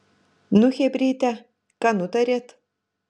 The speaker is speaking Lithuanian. nu chebryte ką nutarėt